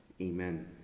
amen